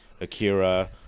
Akira